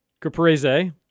Caprese